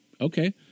okay